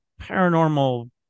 paranormal